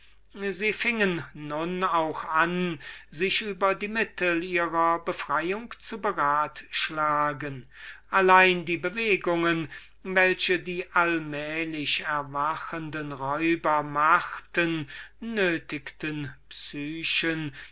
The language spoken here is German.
sie fingen nun auch an sich über die mittel ihrer befreiung zu beratschlagen allein die bewegungen welche die allmählich erwachenden räuber machten nötigten psyche